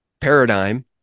paradigm